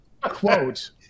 quote